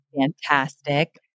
Fantastic